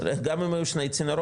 גם אם היו שני צינורות,